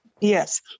Yes